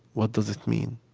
what does it mean?